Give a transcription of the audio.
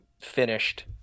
finished